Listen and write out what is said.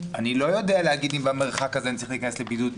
אני לא יודע להגיד אם במרחק הזה אני צריך להיכנס לבידוד.